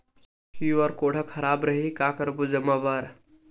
QR code हा खराब रही का करबो जमा बर?